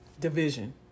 Division